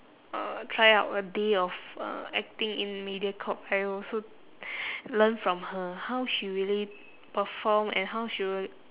uh try out a day of uh acting in mediacorp I also learn from her how she really perform and how she rea~